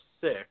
six